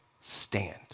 stand